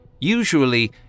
Usually